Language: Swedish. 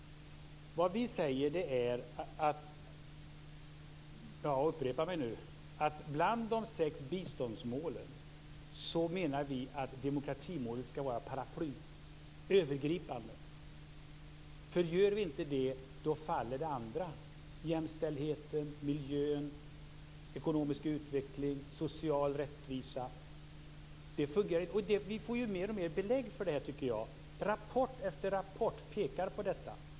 Vad vi säger är - jag upprepar mig nu - att bland de sex biståndsmålen skall demokratimålet vara paraply, övergripande. Om det inte är det faller de andra målen, dvs. jämställdheten, miljön, ekonomisk utveckling och social rättvisa. Vi får mer och mer belägg för det; rapport efter rapport pekar på detta.